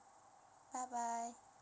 bye bye